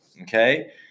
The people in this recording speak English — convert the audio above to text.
okay